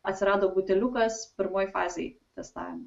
atsirado buteliukas pirmoj fazėj testavimo